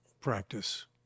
practice